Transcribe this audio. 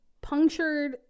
punctured